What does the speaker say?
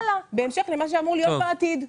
בהמשך למה שאמור להיות בעתיד.